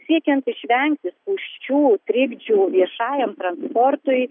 siekiant išvengti spūsčių trikdžių viešajam transportui